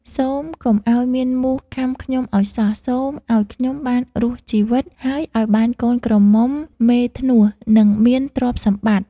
សូមកុំឲ្យមានមូសខាំខ្ញុំឲ្យសោះ សូមឲ្យខ្ញុំបានរស់ជីវិត ហើយឲ្យបានកូនក្រមុំមេធ្នស់ និងមានទ្រព្យសម្បត្តិ។